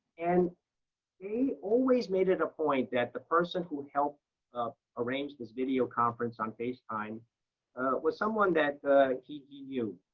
and they always made it a point that the person who helped arrange this video conference on facetime was someone that he knew,